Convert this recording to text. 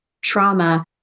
trauma